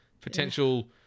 potential